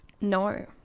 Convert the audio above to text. No